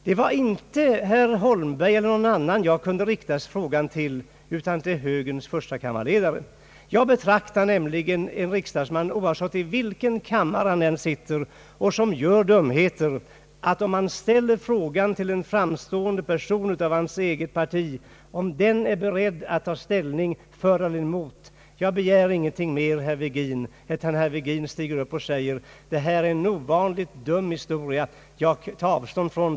Jag kunde inte rikta frågan till herr Holmberg eller till någon annan än högerns förstakammarledare. Om en riksdagsman begår en dumhet bör man, oavsett i vilken kammare han sitter, kunna ställa den frågan till en framstående person i samma parti huruvida denne är beredd att ta ställning för eller emot. Jag begär ingenting mer än att herr Virgin här stiger upp och säger att detta är en ovanligt dum historia och att han därför tar avstånd därifrån.